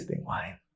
wine